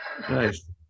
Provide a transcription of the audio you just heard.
Nice